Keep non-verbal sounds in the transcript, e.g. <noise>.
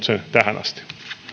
<unintelligible> sen tähän asti